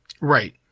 Right